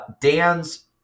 Dan's